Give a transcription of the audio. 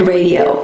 Radio